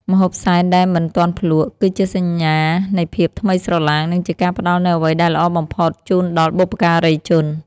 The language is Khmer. ម្ហូបសែនដែលមិនទាន់ភ្លក្ស គឺជាសញ្ញានៃភាពថ្មីស្រឡាង និងជាការផ្តល់នូវអ្វីដែលល្អបំផុតជូនដល់បុព្វការីជន។